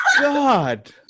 God